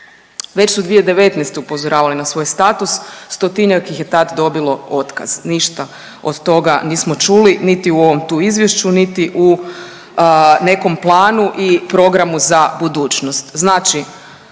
Već su 2019. upozoravali na svoj status, stotinjak ih je tad dobilo otkaz. Ništa od toga nismo čuli niti u ovom tu izvješću niti u nekom planu i programu za budućnost.